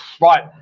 right